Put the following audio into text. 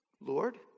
Lord